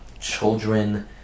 children